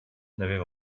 n’avais